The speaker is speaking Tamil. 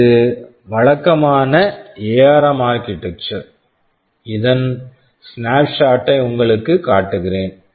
இது வழக்கமான எஆர்ம் ARM ஆர்க்கிடெக்சர் architecture இதன் ஸ்னாப்ஷாட் snapshot -டை உங்களுக்குக் காட்டுகிறேன்